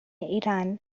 iran